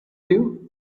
you